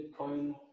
bitcoin